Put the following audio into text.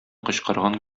кычкырган